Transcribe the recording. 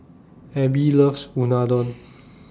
Abby loves Unadon